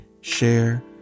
share